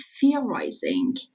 theorizing